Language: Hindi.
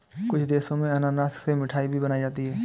कुछ देशों में अनानास से मिठाई भी बनाई जाती है